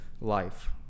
life